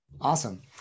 Awesome